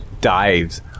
dives